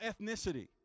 ethnicity